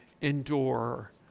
endure